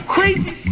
Crazy